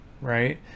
right